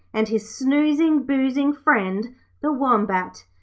and his snoozing, boozing friend the wombat!